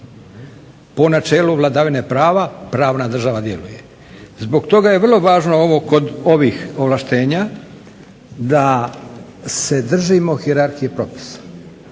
Po načelu vladavine prava, pravna država djeluje. Zbog toga je vrlo važno kod ovih ovlaštenja da se držimo hijerarhije propisa,